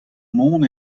mont